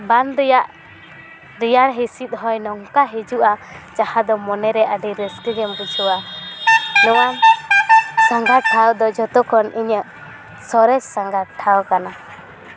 ᱵᱟᱱ ᱨᱮᱭᱟᱜ ᱨᱮᱭᱟᱲ ᱦᱤᱥᱤᱫ ᱦᱚᱭ ᱱᱚᱝᱠᱟ ᱦᱤᱡᱩᱜᱼᱟ ᱡᱟᱦᱟᱸ ᱫᱚ ᱢᱚᱱᱮ ᱨᱮ ᱟᱹᱰᱤ ᱨᱟᱹᱥᱠᱟᱹ ᱜᱮᱢ ᱵᱩᱡᱷᱟᱹᱣᱟ ᱱᱚᱣᱟ ᱥᱟᱸᱜᱷᱟᱨ ᱴᱷᱟᱶ ᱫᱚ ᱡᱚᱛᱚᱠᱷᱚᱱ ᱤᱧᱟᱹᱜ ᱥᱚᱨᱮᱥ ᱥᱟᱸᱜᱷᱟᱨ ᱴᱷᱟᱶ ᱠᱟᱱᱟ